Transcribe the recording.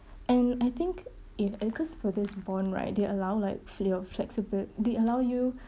and I think if and cause for this bond right they allow like fle~ uh flexibl~ they allow you